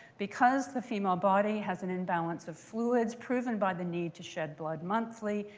because the female body has an imbalance of fluids proven by the need to shed blood monthly,